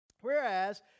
Whereas